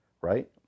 right